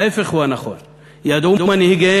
ההפך הוא הנכון: ידעו מנהיגיהם,